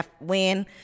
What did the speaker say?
win